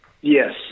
Yes